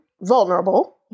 vulnerable